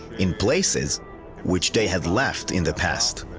in places which they had left in the past.